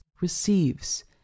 receives